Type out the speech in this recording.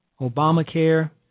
Obamacare